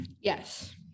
Yes